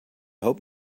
hope